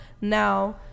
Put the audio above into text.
now